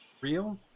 real